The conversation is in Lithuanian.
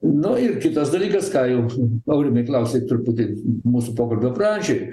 nu ir kitas dalykas ką jau aurimai klausei truputį mūsų pokalbio pradžioj